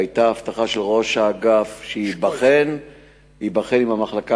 היתה הבטחה של ראש האגף שיבחן עם המחלקה